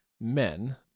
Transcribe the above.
men